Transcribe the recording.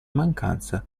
mancanza